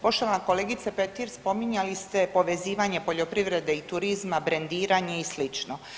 Poštovana kolegice Petir, spominjali ste povezivanje poljoprivrede i turizma, brendiranje i slično.